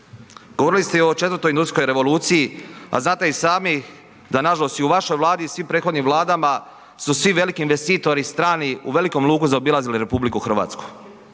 Govorili ste i o 4. industrijskoj revoluciji, a znate i sami da nažalost i u vašoj Vladi i svim prethodnim vladama su svi veliki investitori strani u velikom luku zaobilazili RH. Imate